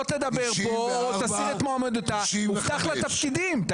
תדבר פה או תסיר את מועמדותה הובטחו לה תפקידים.